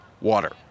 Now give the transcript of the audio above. water